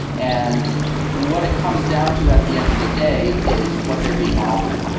and what it comes down to at the end of the day is what they're being offered.